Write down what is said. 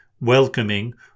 welcoming